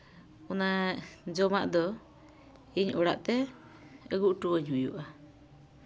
ᱚᱱᱟ ᱡᱚᱢᱟᱜ ᱫᱚ ᱤᱧ ᱚᱲᱟᱜ ᱛᱮ ᱟᱹᱜᱩ ᱦᱚᱴᱚᱣᱟᱹᱧ ᱦᱩᱭᱩᱜᱼᱟ